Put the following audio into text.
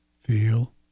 feel